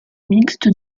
mixte